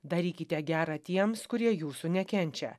darykite gera tiems kurie jūsų nekenčia